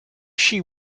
she